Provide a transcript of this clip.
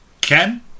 Ken